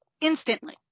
instantly